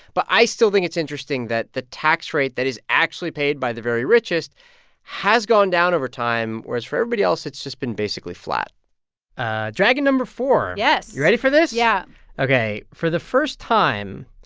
but i still think it's interesting that the tax rate that is actually paid by the very richest has gone down over time, whereas for everybody else, it's just been basically flat ah dragon number four yes you ready for this? yeah ok. for the first time,